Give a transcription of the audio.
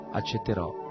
accetterò